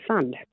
fund